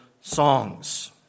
songs